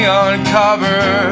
uncover